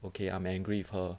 okay I'm angry with her